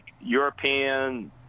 European